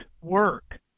work